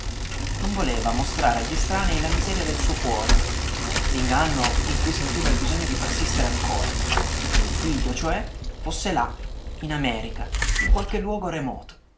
non voleva mostrare a gli estranei la miseria del suo cuore l'inganno in cui sentiva il bisogno di persistere ancora che il figlio cioè fosse là in america in qualche luogo remoto